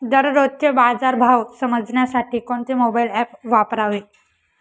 दररोजचे बाजार भाव समजण्यासाठी कोणते मोबाईल ॲप वापरावे?